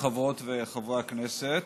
חברות וחברי הכנסת,